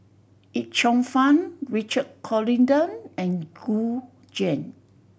Yip Cheong Fun Richard Corridon and Gu Juan